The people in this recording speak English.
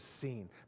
seen